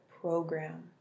program